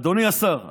אדוני השר,